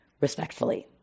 respectfully